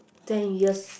ten years